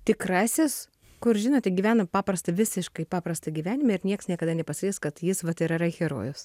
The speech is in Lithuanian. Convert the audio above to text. tikrasis kur žinote gyvena paprastą visiškai paprastą gyvenimą ir nieks niekada nepasakys kad jis vat ir yra herojus